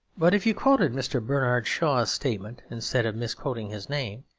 but if you quoted mr. bernard shaw's statement instead of misquoting his name,